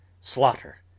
slaughter